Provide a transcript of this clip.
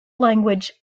language